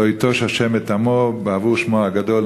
לא יִטֹש ה' את עמו בעבור שמו הגדול",